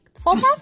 false